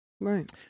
Right